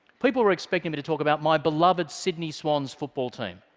people were expecting me to talk about my beloved sydney swans football team.